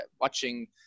watching